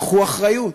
קחו אחריות.